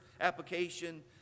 application